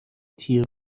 تیر